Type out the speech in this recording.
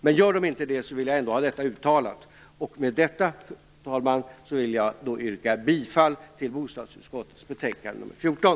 Men gör de inte det vill jag ändå detta uttalat. Fru talman! Med detta yrkar jag bifall till hemställan i bostadsutskottets betänkande nr 14.